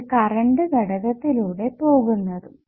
ഒരു കറണ്ട് ഘടകത്തിലൂടെ പോകുന്നതും